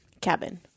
Cabin